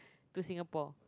to Singapore